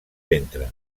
ventre